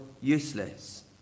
useless